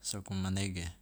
soko manege.